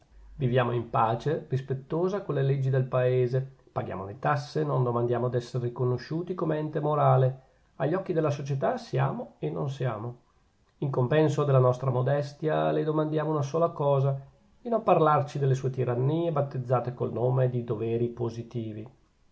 viviamo in pace rispettosa con le leggi del paese paghiamo le tasse non domandiamo d'essere riconosciuti come un ente morale agli occhi della società siamo e non siamo in compenso della nostra modestia le domandiamo una cosa sola di non parlarci delle sue tirannie battezzate col nome di doveri positivi